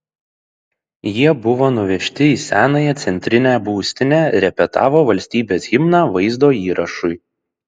jie buvo nuvežti į senąją centrinę būstinę repetavo valstybės himną vaizdo įrašui